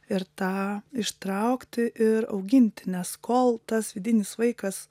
ir tą ištraukti ir auginti nes kol tas vidinis vaikas